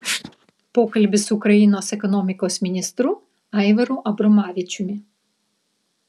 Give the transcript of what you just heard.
pokalbis su ukrainos ekonomikos ministru aivaru abromavičiumi